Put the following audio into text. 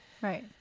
Right